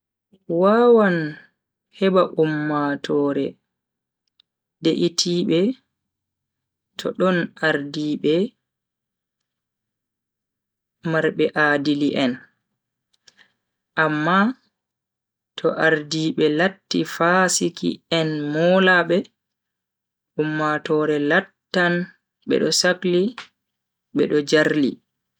Wawan heba ummatoore de'iti be to don ardiibe marbe aadili en. amma to ardiibe latti fasiki en molabe, ummatoore lattan bedo sakli be do jarli.